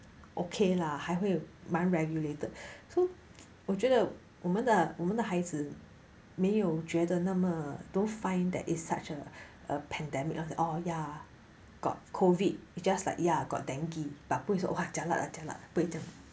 okay lah 还会蛮 regulated so 我觉得我们的我们的孩子没有觉得那么 don't find that is such a a pandemic oh ya got COVID it just like ya got dengue but 不会说 jialat ah jialat 不会这样